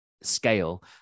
scale